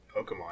Pokemon